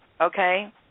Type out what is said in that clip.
Okay